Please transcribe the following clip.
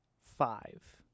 five